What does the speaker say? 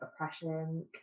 oppression